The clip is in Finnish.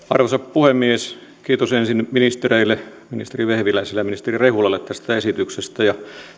arvoisa puhemies kiitos ensin ministereille ministeri vehviläiselle ja ministeri rehulalle tästä esityksestä ja